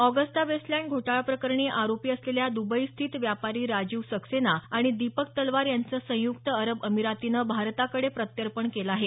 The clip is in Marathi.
आॅगस्टा वेस्टलँड घोटाळा प्रकरणी आरोपी असलेला दुबईस्थित व्यापारी राजीव सक्सेना आणि दीपक तलवार यांचं संयुक्त अरब अमिरातीनं भारताकडे प्रत्यर्पण केलं आहे